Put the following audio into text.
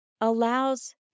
allows